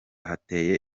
hateye